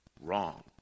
wrong